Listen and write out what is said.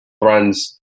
brands